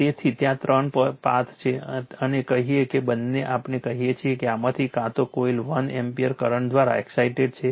તેથી ત્યાં ત્રણ પાથ છે અને કહીએ કે બંને આપણે કહીએ છીએ કે આમાંથી કાં તો કોઇલ 1 એમ્પીયર કરંટ દ્વારા એક્સાઇટેડ છે